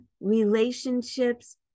relationships